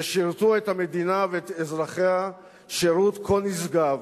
ששירתו את המדינה ואת אזרחיה שירות כה נשגב